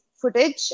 footage